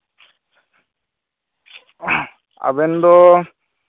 ᱟᱵᱮᱱ ᱫᱚ